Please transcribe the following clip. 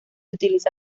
utiliza